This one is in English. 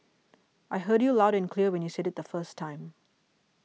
I heard you loud and clear when you said it the first time